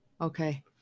Okay